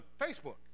Facebook